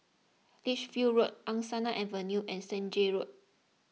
Lichfield Road Angsana Avenue and Senja Road